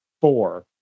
four